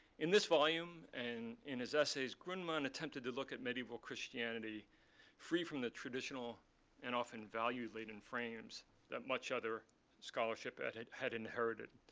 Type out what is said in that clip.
in this volume, and in his essays, grundmann attempted to look at medieval christianity free from the traditional and often value-laden frames that much other scholarship had had inherited,